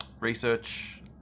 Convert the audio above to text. research